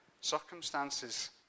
circumstances